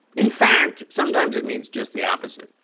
in fact, sometimes it means just the opposite